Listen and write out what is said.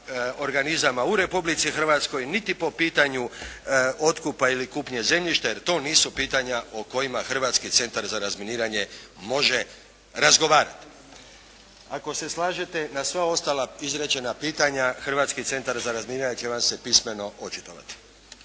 organizama u Republici Hrvatskoj niti po pitanju otkupa ili kupnje zemljišta jer to nisu pitanja o kojima Hrvatski centar za razminiranje može razgovarati. Ako se slažete na sva ostala izrečena pitanja Hrvatski centar za razminiranje će vam se pismeno očitovati.